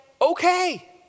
okay